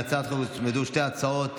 להצעת החוק הוצמדו שתי הצעות.